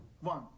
One